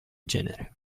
genere